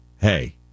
hey